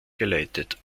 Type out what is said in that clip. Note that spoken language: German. geleitet